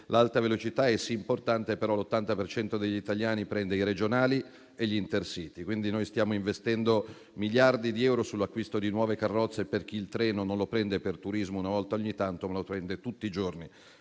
l'Alta velocità è, sì, importante, però l'80 per cento degli italiani prende i regionali e gli *intercity.* Noi stiamo investendo miliardi di euro nell'acquisto di nuove carrozze per chi il treno non lo prende per turismo una volta ogni tanto, ma tutti i giorni